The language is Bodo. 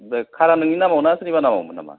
कारआ नोंनि नामाव ना सोरनिबा नामावमोन नामा